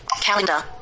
Calendar